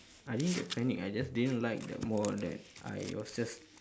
I didn't get panic I just didn't like the mall that I was just